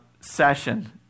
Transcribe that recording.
session